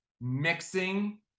mixing